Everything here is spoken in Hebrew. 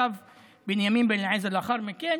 וצו בנימין בן אליעזר לאחר מכן,